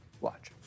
Watch